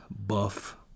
buff